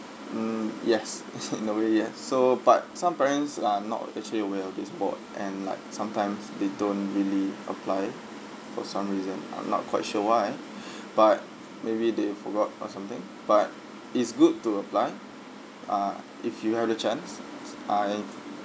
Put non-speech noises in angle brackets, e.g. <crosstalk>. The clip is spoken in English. mm yes <laughs> in a way yes so but some parents are not actually aware of this award and like sometimes they don't really apply for some reason I'm not quite sure why <breath> but maybe they forgot or something but it's good to apply ah if you had a chance ah and